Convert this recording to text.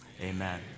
Amen